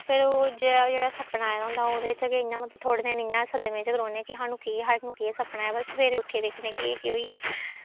फिर ओह् जेह्ड़ा जेह्ड़ा सपना आए दा होंदा ओह्दे च गै इ'यां मतलब थोह्ड़े दिन इ'यां सदमें च गै रौह्न्नें के सानूं केह् सानूं केह् सपना आया बस सवेरै उट्ठियै दिक्खनें कि एह् केह् होई गेआ